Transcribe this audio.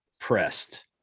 pressed